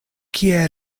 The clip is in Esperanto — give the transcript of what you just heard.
kie